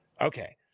okay